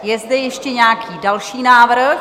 Je zde ještě nějaký další návrh?